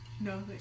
No